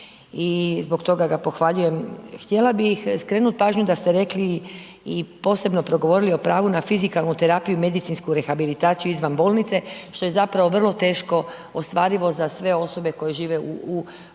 I zbog toga ga pohvaljujem. Htjela bih skrenuti pažnju da ste rekli i posebno progovorili o pravu na fizikalnu terapiju i medicinsku rehabilitaciju izvan bolnice što je zapravo vrlo teško ostvarivo za sve osobe koje žive na